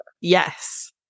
Yes